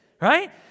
Right